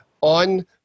on